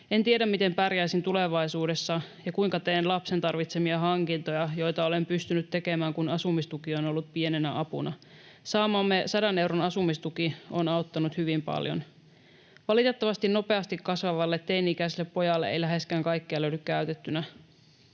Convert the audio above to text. En tiedä, miten pärjäisin tulevaisuudessa ja kuinka teen lapsen tarvitsemia hankintoja, joita olen pystynyt tekemään, kun asumistuki on ollut pienenä apuna. Saamamme 100 euron asumistuki on auttanut hyvin paljon. Valitettavasti nopeasti kasvavalle teini-ikäiselle pojalle ei läheskään kaikkea löydy käytettynä.